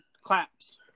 claps